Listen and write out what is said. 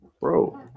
Bro